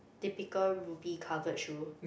typical Rubi covered shoe